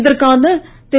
இதற்கான திரு